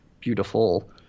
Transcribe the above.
beautiful